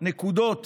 נקודות